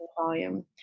volume